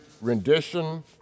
rendition